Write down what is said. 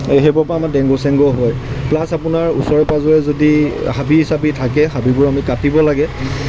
সেইবোৰৰ পৰা আমাৰ ডেংগু চেংগু হয় প্লাছ আপোনাৰ ওচৰে পাঁজৰে যদি হাবি চাবি থাকে হাবিবোৰ আমি কাটিব লাগে